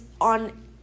on